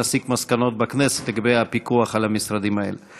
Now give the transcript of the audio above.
נסיק מסקנות בכנסת לגבי הפיקוח על המשרדים האלה.